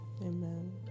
Amen